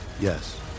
Yes